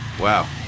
wow